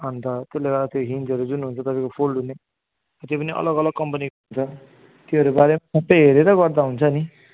अन्त त्यसले गर्दा त्यो हिन्टहरू जुन हुन्छ तपाईँको फोल्ड हुने त्यो पनि अलग अलग कम्पनीको हुन्छ त्योहरू भयो सबै हेरेर गर्दा हुन्छ नि